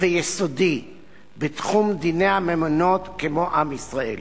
ויסודי בתחום דיני הממונות כמו עם ישראל.